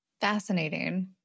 Fascinating